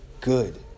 good